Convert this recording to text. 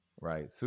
right